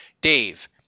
Dave